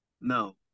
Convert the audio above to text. No